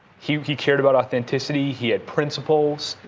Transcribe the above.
he he cared about authenticity, he had principles.